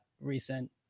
recent